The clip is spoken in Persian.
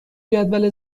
جدول